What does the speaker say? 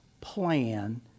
plan